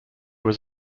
was